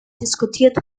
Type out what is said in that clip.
diskutiert